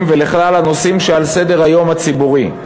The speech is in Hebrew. ולכלל הנושאים שעל סדר-היום הציבורי.